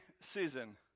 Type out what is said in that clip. season